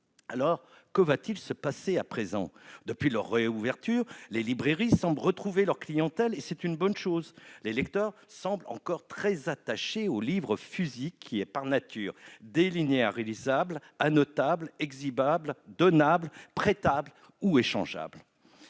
Que va-t-il se passer à présent ? Depuis leur réouverture, les librairies semblent retrouver leur clientèle, et c'est une bonne chose. Les lecteurs semblent encore très attachés au livre physique, par nature délinéarisable, annotable, exhibable, donnable, prêtable ou échangeable